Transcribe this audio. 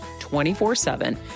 24-7